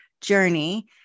journey